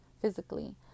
physically